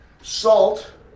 salt